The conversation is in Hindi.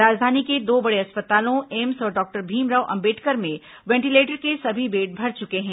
राजधानी के दो बड़े अस्पतालों एम्स और डॉक्टर भीमराव अंबेडकर में वेंटीलेटर के सभी बेड भर चुके हैं